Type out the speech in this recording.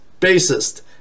bassist